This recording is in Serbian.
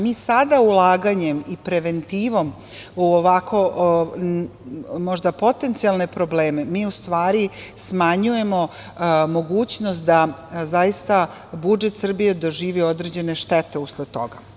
Mi sada ulaganjem i preventivom u ovako, možda potencijalne probleme, mi u stvari smanjujemo mogućnost da zaista budžet Srbije doživi određene štete usled toga.